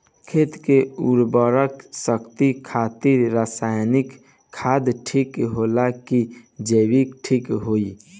खेत के उरवरा शक्ति खातिर रसायानिक खाद ठीक होला कि जैविक़ ठीक होई?